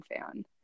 fan